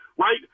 right